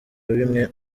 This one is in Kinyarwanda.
bimwe